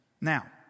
Now